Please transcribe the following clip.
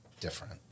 different